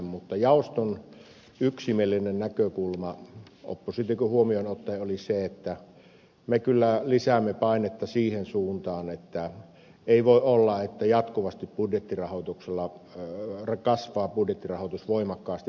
mutta jaoston yksimielinen näkökulma oppositiokin huomioon ottaen oli se että me kyllä lisäämme painetta siihen suuntaan että ei voi olla niin että budjettirahoitus jatkuvasti kasvaa voimakkaasti